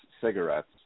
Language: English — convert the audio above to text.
cigarettes